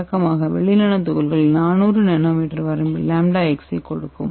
வழக்கமாக வெள்ளி நானோ துகள்கள் 400 nm வரம்பில் amax ஐக் கொடுக்கும்